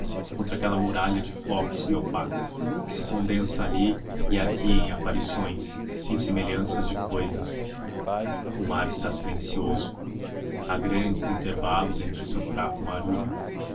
contra aquela muralha de flocos e opaca que se condensa ali e aqui em aparições em semelhanças de cousas o mar está silencioso há grandes intervalos entre o seu fraco marulho